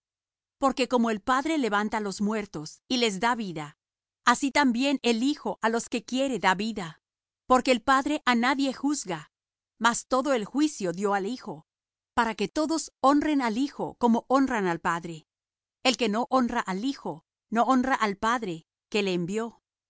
porque como el padre levanta los muertos y les da vida así también el hijo á los que quiere da vida porque el padre á nadie juzga mas todo el juicio dió al hijo para que todos honren al hijo como honran al padre el que no honra al hijo no honra al padre que le envió